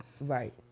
Right